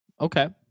Okay